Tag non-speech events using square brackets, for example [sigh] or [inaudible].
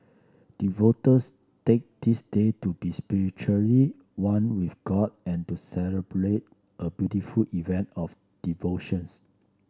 [unintelligible] take this day to be spiritually one with god and to celebrate a beautiful event of devotions